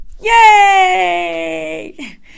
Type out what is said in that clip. Yay